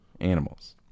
animals